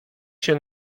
się